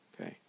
Okay